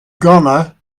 gonna